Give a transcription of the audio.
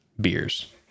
beers